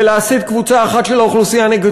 ולהסית קבוצה אחת של האוכלוסייה נגד